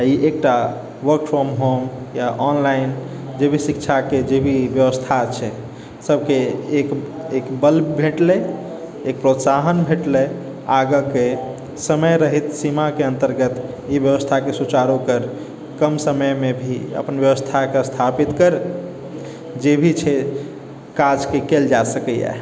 ई एकटा work from home या online जे भी शिक्षाके जे भी बेबस्था छै सबके एक बल भेटलै एक प्रोत्साहन भेटलै आगूके समय रहैत सीमाके अन्तर्गत ई बेबस्थाके सुचारु होकर कम समयमे भी अपन बेबस्थाके स्थापित करि जे भी छथि काज कएल जा सकैए